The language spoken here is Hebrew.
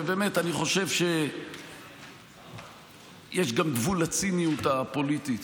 באמת אני חושב גם שיש גבול לציניות הפוליטית.